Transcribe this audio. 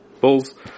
bulls